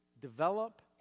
Develop